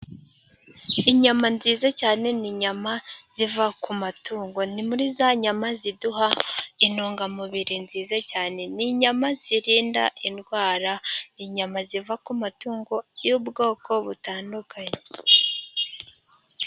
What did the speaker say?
Inyama nziza cyane ni inyama ziva ku matungo. Ni muri za nyama ziduha intungamubiri nziza cyane. Ni inyama zirinda indwara. Inyama ziva ku matungo y'ubwoko butandukanye.